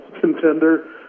contender